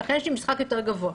ולכן יש לי משחק יותר גבוה.